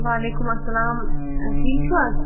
وعلیکُم اَسلام ٹھیٖک چھُو حظ